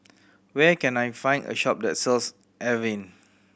where can I find a shop that sells Avene